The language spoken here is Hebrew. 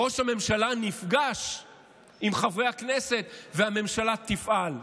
ראש הממשלה נפגש עם חברי הכנסת, והממשלה תפעל.